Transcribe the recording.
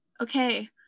okay